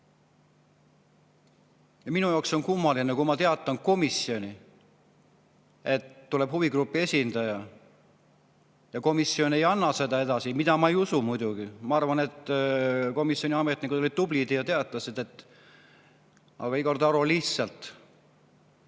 Minu jaoks on kummaline, et kui ma teatan komisjoni, et tuleb huvigrupi esindaja, siis komisjon ei anna seda [infot] edasi. Seda ma ei usu muidugi. Ma arvan, et komisjoni ametnikud olid tublid ja teatasid, aga Igor Taro lihtsalt